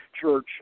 Church